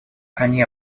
они